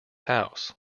house